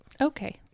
Okay